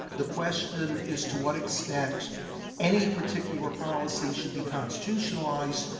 the question is to what extent any particular policy should be constitutionalized,